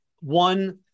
One